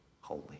holy